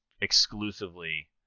exclusively